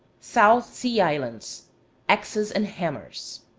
south sea islands axes and hammers.